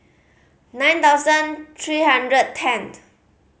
nine thousand three hundred and tenth